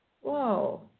whoa